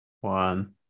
one